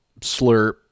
slurp